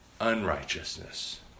unrighteousness